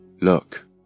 Look